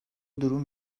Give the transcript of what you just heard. durum